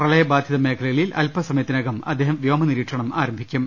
പ്രളയബാധിത മേഖലകളിൽ അല്പസമ യത്തിനകം അദ്ദേഹം വ്യോമനിരീക്ഷണം നടത്തും